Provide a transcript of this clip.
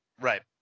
Right